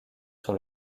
sur